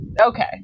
Okay